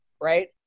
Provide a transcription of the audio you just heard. right